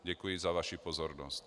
Děkuji za vaši pozornost.